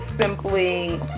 simply